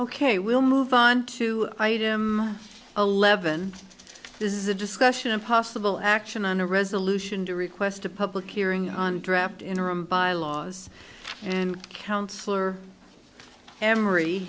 ok we'll move on to item eleven this is a discussion of possible action on a resolution to request a public hearing on draft interim bylaws and councilor emory